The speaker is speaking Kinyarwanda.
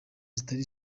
zitari